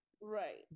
right